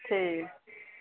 ठीक ऐ